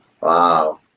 Wow